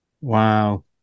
Wow